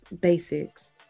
basics